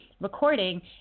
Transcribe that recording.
recording